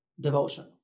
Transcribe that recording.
devotion